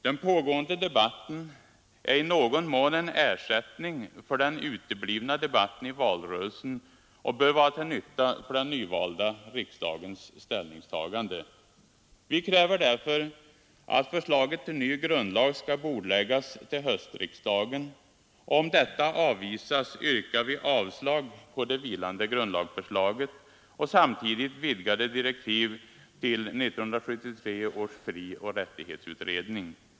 Den pågående debatten är i någon mån en ersättning för den uteblivna debatten i valrörelsen och bör vara till nytta för den nyvalda riksdagens ställningstagande. Vi kräver därför att förslaget till ny grundlag skall bordläggas till höstriksdagen, och om detta avvisas, yrkar vi avslag på det vilande grundlagsförslaget och samtidigt vidgade direktiv till 1973 års frioch rättighetsutredning.